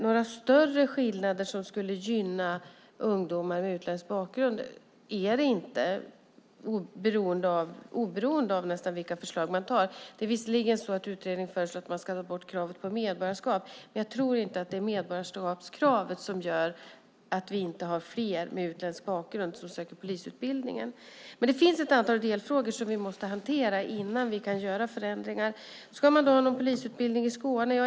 Några större skillnader som skulle gynna ungdomar med utländsk bakgrund är det inte nästan oberoende av vilka förslag man tar. Det är visserligen så att utredningen föreslår att man ska ta bort kravet på medborgarskap. Men jag tror inte att det är medborgarskapskravet som gör att vi inte har fler med utländsk bakgrund som söker till polisutbildningen. Men det finns ett antal delfrågor som vi måste hantera innan vi kan göra förändringar. Ska man ha någon polisutbildning i Skåne?